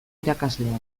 irakasleak